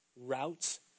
routes